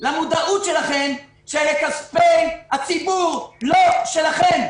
למודעות שלכם שאלה כספי הציבור, לא שלכם,